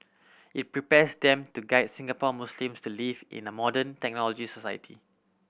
it prepares them to guide Singapore Muslims to live in a modern technological society